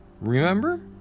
Remember